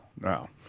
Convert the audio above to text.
No